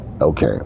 Okay